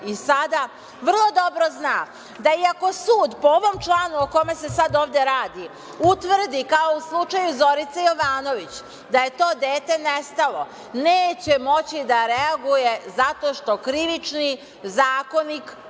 i sada, vrlo dobro zna da i ako sud po ovom članu o kome se sada ovde radi, utvrdi, kao u slučaju Zorice Jovanović, da je to dete nestalo, neće moći da reaguje zato što Krivični zakonik